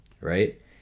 right